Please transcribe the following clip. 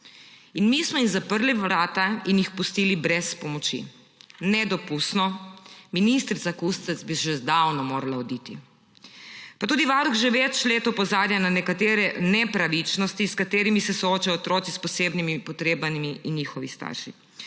in mi smo jim zaprli vrata in jih pustili brez pomoči. Nedopustno. Ministrica Kustec bi že zdavnaj morala oditi. Varuh že več let opozarja tudi na nekatere nepravilnosti, s katerimi se soočajo otroci s posebnimi potrebami in njihovi starši,